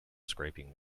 scraping